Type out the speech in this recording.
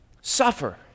suffer